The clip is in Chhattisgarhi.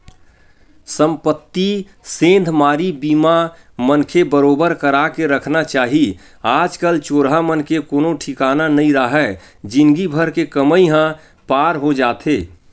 संपत्ति सेंधमारी बीमा मनखे बरोबर करा के रखना चाही आज कल चोरहा मन के कोनो ठिकाना नइ राहय जिनगी भर के कमई ह पार हो जाथे